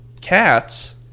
cats